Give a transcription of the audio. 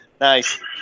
Nice